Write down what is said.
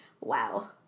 Wow